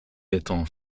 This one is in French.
étant